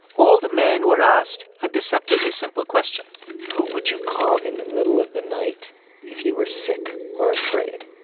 all the men were asked a deceptively simple question who would you call in the middle of the night if you were sick or afraid?